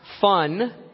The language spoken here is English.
fun